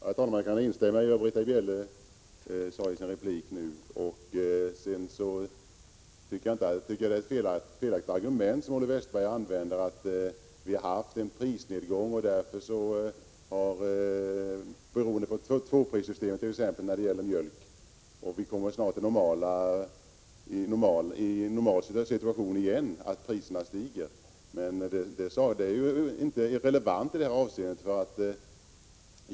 Herr talman! Jag kan instämma i vad Britta Bjelle sade i sin senaste replik. Jag tycker att det är ett felaktigt argument som Olle Westberg använder, när han säger att vi har haft en prisnedgång beroende på tvåprissystemet, t.ex. när det gäller mjölk, och att vi snart kommer in i en normal situation igen, så att priserna stiger. Det är inte relevant i detta avseende.